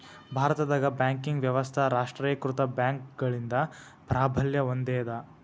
ಭಾರತದಾಗ ಬ್ಯಾಂಕಿಂಗ್ ವ್ಯವಸ್ಥಾ ರಾಷ್ಟ್ರೇಕೃತ ಬ್ಯಾಂಕ್ಗಳಿಂದ ಪ್ರಾಬಲ್ಯ ಹೊಂದೇದ